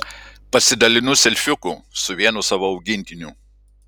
pasidalinu selfiuku su vienu savo augintiniu